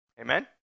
Amen